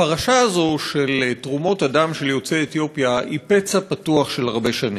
הפרשה הזאת של תרומות הדם של יוצאי אתיופיה היא פצע פתוח כבר הרבה שנים.